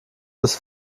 des